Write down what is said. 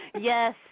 Yes